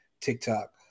TikTok